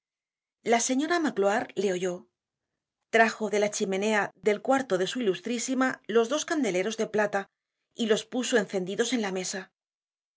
la señora magloire lo oyó trajo de la chimenea del cuarto de su ilustrísima los dos candeleros de plata y los puso encendidos en la mesa